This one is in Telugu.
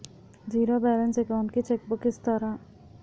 జీరో బాలన్స్ అకౌంట్ కి చెక్ బుక్ ఇస్తారా?